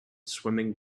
swimming